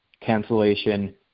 cancellation